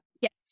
Yes